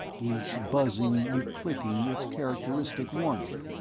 each buzzing and clicking its characteristic warning.